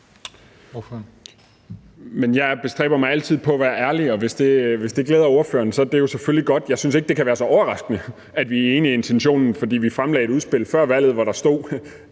Jeg bestræber mig altid på at være ærlig, og hvis det glæder ordføreren, er det selvfølgelig godt, men jeg synes ikke, det kan være så overraskende, at vi er enige i intentionen, for vi fremlagde et udspil før valget, hvori der stod,